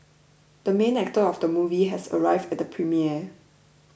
the main actor of the movie has arrived at the premiere